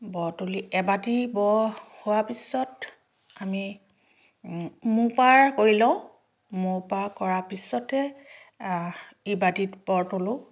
ব তুলি এবাটি ব হোৱাৰ পিছত আমি মোপাৰ কৰি লওঁ মোপাৰ কৰাৰ পিছতে ইবাটিত বৰ তোলোঁ